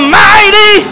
mighty